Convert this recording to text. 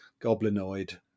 goblinoid